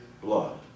blood